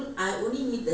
no